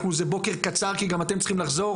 אתה אני חושבת שאפילו היית חבר ות"ת כשהתכנית הזו